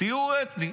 טיהור אתני.